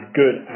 good